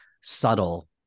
subtle